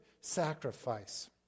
sacrifice